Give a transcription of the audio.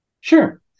Sure